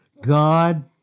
God